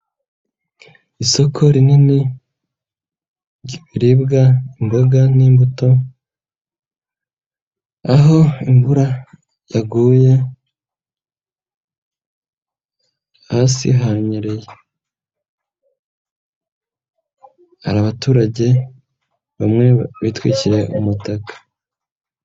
Isoko rinini ry'ibiriwa imboga n'imbuto, aho imvura yaguye hasi hanyereye, hari abaturage bamwe bitwikiriye umutaka.